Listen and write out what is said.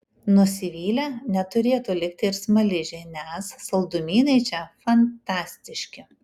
nusivylę neturėtų likti ir smaližiai nes saldumynai čia fantastiški